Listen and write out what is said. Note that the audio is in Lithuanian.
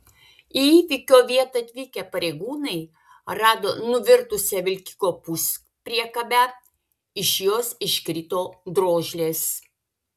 į įvykio vietą atvykę pareigūnai rado nuvirtusią vilkiko puspriekabę iš jos iškrito drožlės